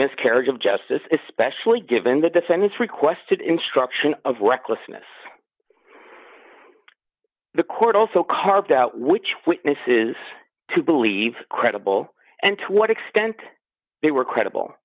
miscarriage of justice especially given the defendants requested instruction of recklessness the court also carved out which witnesses to believe credible and to what extent they were credible